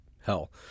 hell